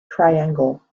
triangle